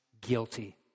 guilty